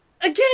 Again